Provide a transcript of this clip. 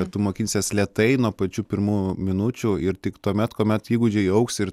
ir tu mokinsiesi lėtai nuo pačių pirmų minučių ir tik tuomet kuomet įgūdžiai augs ir